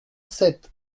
sept